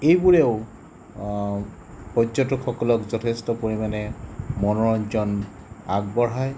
এইবোৰেও পৰ্যটকসকলক যথেষ্ট পৰিমাণে মনোৰঞ্জন আগবঢ়ায়